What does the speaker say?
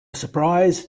surprise